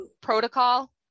protocol